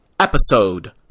episode